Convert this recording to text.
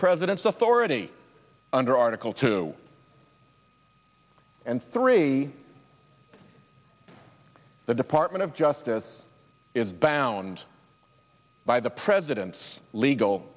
president's authority under article two and three the department of justice is bound by the president's legal